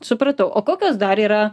supratau o kokios dar yra